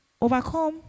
overcome